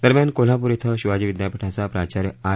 दरम्यान कोल्हापूर धिं शिवाजी विद्यापीठाचा प्राचार्य आर